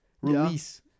release